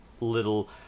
little